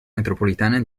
metropolitana